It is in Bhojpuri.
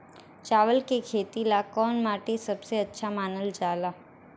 चावल के खेती ला कौन माटी सबसे अच्छा मानल जला?